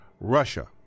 Russia